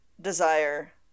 desire